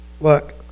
Look